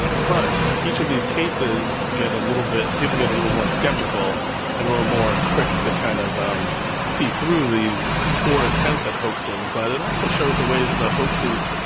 but each of these cases get a little bit people get a little more skeptical and a little more quick to kind of um see through these poor attempts at hoaxing, but it also shows the way that the hoax is,